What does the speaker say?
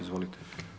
Izvolite.